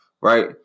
right